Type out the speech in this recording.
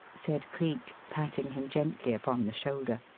said cleek, patting him gently upon the shoulder.